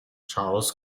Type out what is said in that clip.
charles